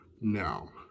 now